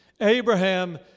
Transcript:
Abraham